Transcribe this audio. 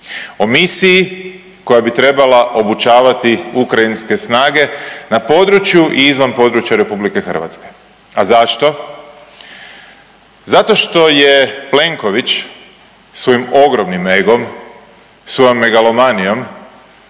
o misiji koja bi trebala obučavati ukrajinske snage na području i izvan područja Republike Hrvatske. A zašto? Zato što je Plenković svojim ogromnim egom, svojom megalomanijom